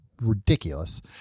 ridiculous